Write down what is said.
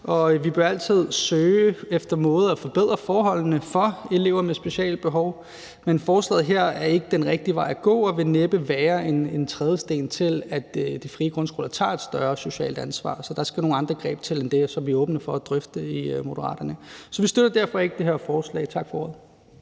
vi bør altid søge efter måder at forbedre forholdene for elever med specialbehov på, men forslaget her er ikke den rigtige vej at gå og vil næppe være en trædesten til, at de frie grundskoler tager et større socialt ansvar. Så der skal nogle andre greb til, som vi er åbne for at drøfte i Moderaterne. Så vi støtter derfor ikke det her forslag. Tak for ordet.